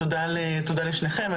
תודה לשניכם,